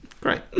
Great